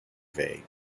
vague